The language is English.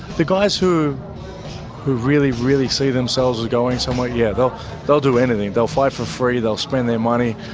the guys who who really, really see themselves as going somewhere, yeah, they'll they'll do anything they'll fight for free, they'll spend their money,